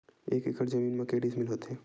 एक एकड़ जमीन मा के डिसमिल होथे?